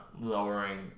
lowering